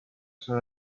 sant